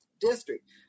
district